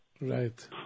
Right